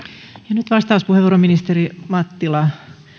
nyt vastauspuheenvuoro ministeri mattila